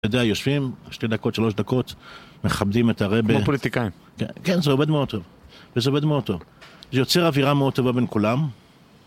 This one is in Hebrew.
על ידי היושבים, שתי דקות, שלוש דקות, מכבדים את הרבי... כמו פוליטיקאים. כן, זה עובד מאוד טוב. זה עובד מאוד טוב. זה יוצר אווירה מאוד טובה בין כולם.